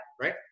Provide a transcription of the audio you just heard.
right